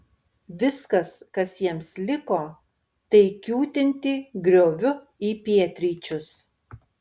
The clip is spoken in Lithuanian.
viskas kas jiems liko tai kiūtinti grioviu į pietryčius